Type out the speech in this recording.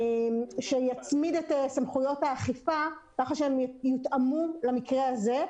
שיצמיד את סמכויות האכיפה ככה שהן יותאמו למקרה הזה.